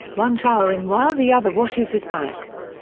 one showering while the other washes his back.